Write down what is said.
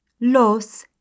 Los